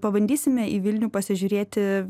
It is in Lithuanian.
pabandysime į vilnių pasižiūrėti